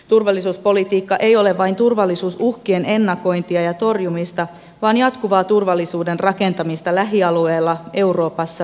turvallisuuspolitiikka ei ole vain turvallisuusuhkien ennakointia ja torjumista vaan jatkuvaa turvallisuuden rakentamista lähialueilla euroopassa ja läpi maapallon